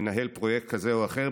מנהל פרויקט כזה או אחר,